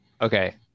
Okay